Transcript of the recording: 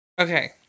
Okay